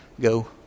go